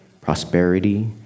prosperity